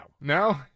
No